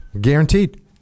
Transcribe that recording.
guaranteed